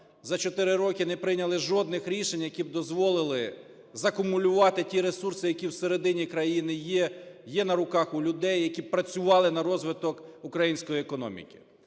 за 4 роки не прийняли жодних рішень, які б дозволили закумулювати ті ресурси, які в середині країні є, є на руках людей, які б працювали на розвиток української економіки.